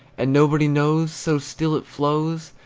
and nobody knows, so still it flows,